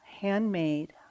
handmade